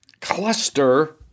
cluster